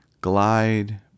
glide